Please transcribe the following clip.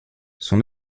son